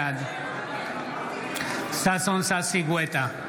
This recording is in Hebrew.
בעד ששון ששי גואטה,